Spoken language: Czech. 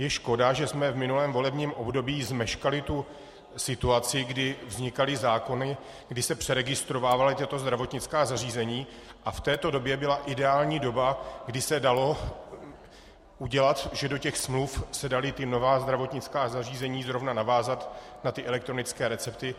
Je škoda, že jsme v minulém volebním období zmeškali situaci, kdy vznikaly zákony, kdy se přeregistrovávala tato zdravotnická zařízení, a v této době byla ideální doba, kdy se dalo udělat, že do těch smluv se dala nová zdravotnická zařízení zrovna navázat na elektronické recepty.